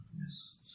Yes